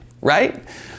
right